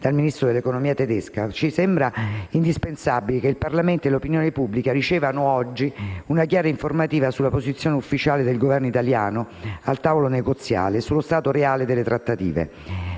dal Ministro dell'economia tedesco, ci sembra indispensabile che il Parlamento e l'opinione pubblica ricevano oggi una chiara informativa sulla posizione ufficiale del Governo italiano al tavolo negoziale sullo stato reale delle trattative.